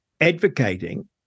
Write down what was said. advocating